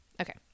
okay